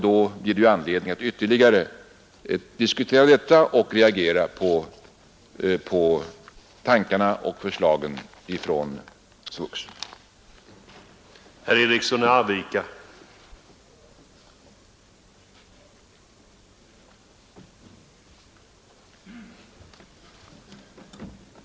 Då blir det anledning att ytterligare diskutera detta och reagera på tankarna och förslagen från SVvUX.